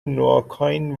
نواکائین